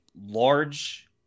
large